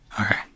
Okay